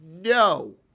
no